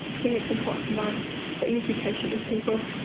i think it's important to know that you need to be patient with people.